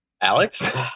Alex